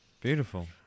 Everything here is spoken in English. Beautiful